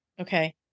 okay